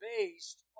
based